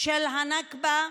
של הנכבה,